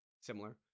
Similar